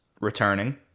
returning